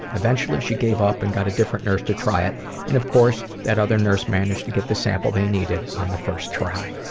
eventually she gave up and got a different nurse to try it and of course that other nurse managed to get the sample they needed on the first try.